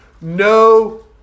no